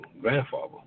grandfather